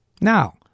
Now